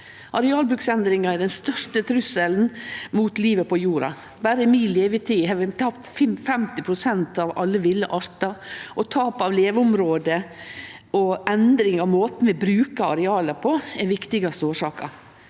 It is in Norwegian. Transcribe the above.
Arealbruksendringar er den største trusselen mot livet på jorda. Berre i mi levetid har vi tapt 50 pst. av alle ville artar, og tap av leveområde og endring av måten vi brukar areala på, er den viktigaste årsaka.